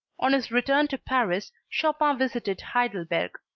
on his return to paris chopin visited heidelberg,